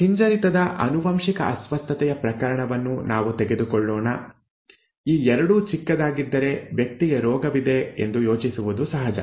ಹಿಂಜರಿತದ ಆನುವಂಶಿಕ ಅಸ್ವಸ್ಥತೆಯ ಪ್ರಕರಣವನ್ನು ನಾವು ತೆಗೆದುಕೊಳ್ಳೋಣ ಈ ಎರಡೂ ಚಿಕ್ಕದಾಗಿದ್ದರೆ ವ್ಯಕ್ತಿಗೆ ರೋಗವಿದೆ ಎಂದು ಯೋಚಿಸುವುದು ಸಹಜ